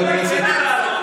תתבייש לך,